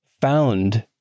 found